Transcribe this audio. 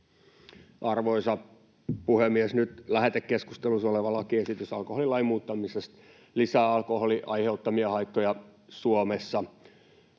Arvoisa puhemies! Nyt lähetekeskustelussa oleva lakiesitys alkoholilain muuttamisesta lisää alkoholin aiheuttamia haittoja Suomessa.